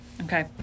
Okay